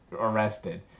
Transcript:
arrested